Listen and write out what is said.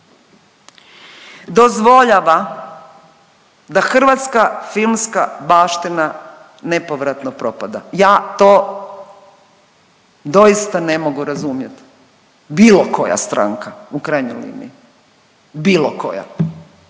dozvoljava da hrvatska filmska baština nepovratno propada. Ja to doista ne mogu razumjeti, bilo koja stranka u krajnjoj liniji, bilo koja,